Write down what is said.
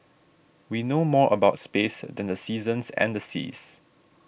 we know more about space than the seasons and the seas